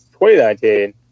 2019